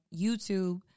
YouTube